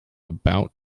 about